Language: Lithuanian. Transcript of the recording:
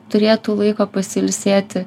turėtų laiko pasiilsėti